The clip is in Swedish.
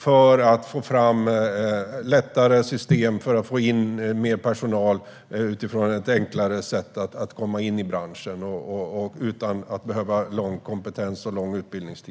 Det handlar om att få fram system för att få in mer personal, ett enklare sätt att komma in i branschen utan att man behöver lång kompetens och lång utbildningstid.